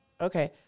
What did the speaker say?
Okay